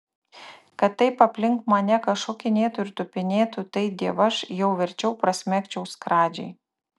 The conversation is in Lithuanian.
kad taip aplink mane kas šokinėtų ir tupinėtų tai dievaž jau verčiau prasmegčiau skradžiai